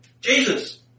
Jesus